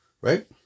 Right